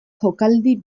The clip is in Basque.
jokaldi